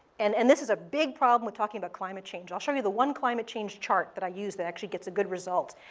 and and this is a big problem with talking about climate change. i'll show you the one climate change chart that i use that actually gets a good result.